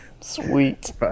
Sweet